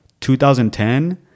2010